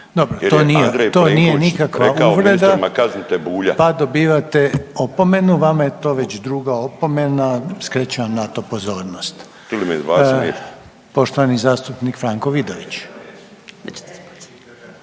nije, to nije nikakva uvreda, pa dobivate opomenu. Vama je to već druga opomena skrećem vam na to pozornost. .../Upadica se ne čuje./... Poštovani zastupnik Franko Vidović.